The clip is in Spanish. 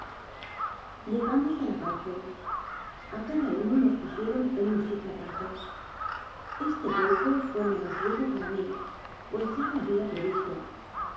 llegamos a la cárcel a cada uno nos pusieron en un sitio aparte este golpe fué menos rudo para mí pues ya lo había previsto